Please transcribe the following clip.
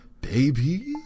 Baby